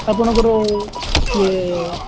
ଆପଣଙ୍କର ଇଏ